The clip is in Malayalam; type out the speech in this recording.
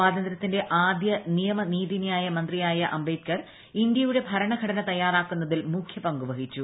സ്വാതന്ത്ര്യത്തിന്റെ ആദ്യ നിയമ നീതിന്യായ മന്ത്രിയായ അംബേദ്കർ ഇന്ത്യയുടെ ഭരണഘടന തയ്യാറാക്കുന്നതിൽ മുഖ്യപങ്കു വഹിച്ചു